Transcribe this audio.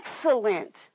excellent